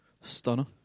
stunner